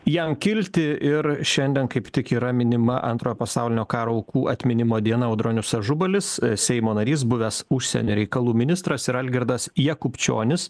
jam kilti ir šiandien kaip tik yra minima antrojo pasaulinio karo aukų atminimo diena audronius ažubalis seimo narys buvęs užsienio reikalų ministras ir algirdas jakubčionis